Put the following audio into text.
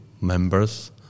members